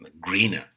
greener